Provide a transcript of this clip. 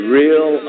real